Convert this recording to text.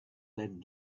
that